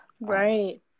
Right